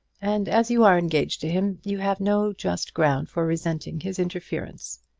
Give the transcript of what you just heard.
and as you are engaged to him, you have no just ground for resenting his interference.